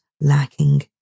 lacking